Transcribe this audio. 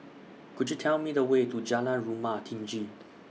Could YOU Tell Me The Way to Jalan Rumah Tinggi